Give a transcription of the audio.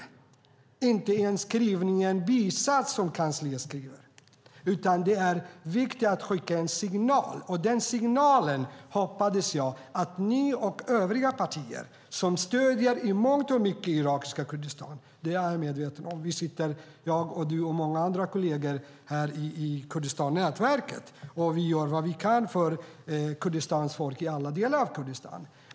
Det ska inte vara en skrivning i en bisats som kansliet skriver, utan det är viktigt att skicka en signal. Den signalen hoppades jag att ni och övriga partier, som i mångt och mycket stöder irakiska Kurdistan, skulle vara med på. Jag är medveten om ert stöd, för du och jag och många kolleger sitter med i nätverket för Kurdistan, och vi gör vad vi kan för Kurdistans folk i alla delar av Kurdistan.